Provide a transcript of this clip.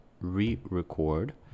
re-record